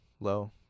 low